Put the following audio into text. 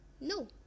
No